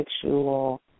sexual